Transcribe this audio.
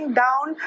down